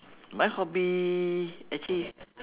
my hobby actually